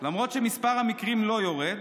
למרות שמספר המקרים לא יורד,